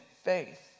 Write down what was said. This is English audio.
faith